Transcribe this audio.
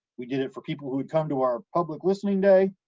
we did it for people who had come to our public listening day,